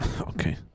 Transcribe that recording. Okay